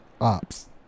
ops